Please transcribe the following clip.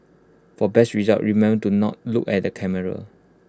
for best results remember to not look at the camera